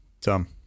Tom